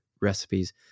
recipes